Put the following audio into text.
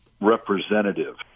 representative